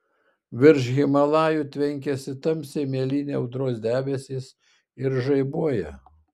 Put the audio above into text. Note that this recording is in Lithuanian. virš himalajų tvenkiasi tamsiai mėlyni audros debesys ir žaibuoja